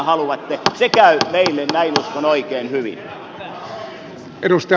se käy meille näin uskon oikein hyvin